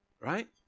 right